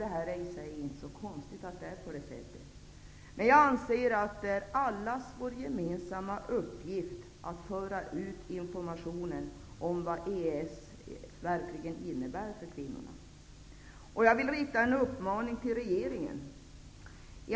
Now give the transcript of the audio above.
Det är inte konstigt att det är på det sättet. Men jag anser att det är allas vår gemensamma uppgift att föra ut informationen om vad EES verkligen innebär för kvinnorna.